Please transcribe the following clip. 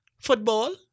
Football